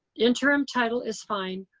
interim title is fine.